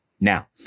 Now